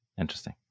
Interesting